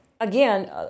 Again